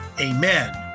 Amen